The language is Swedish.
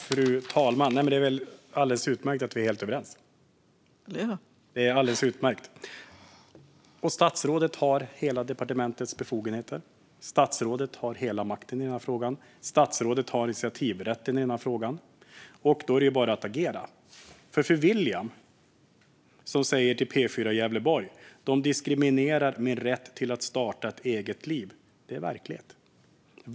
Fru talman! Det är alldeles utmärkt att vi är helt överens. Och statsrådet har hela departementets befogenheter. Statsrådet har hela makten i frågan och initiativrätten i frågan. Då är det bara att agera. William säger till P4 Gävleborg: "De diskriminerar min rätt till att starta ett eget liv." Det är verklighet.